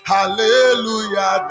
Hallelujah